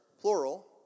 plural